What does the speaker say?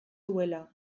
duela